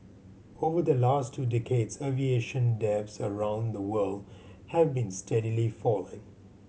over the last two decades aviation deaths around the world have been steadily falling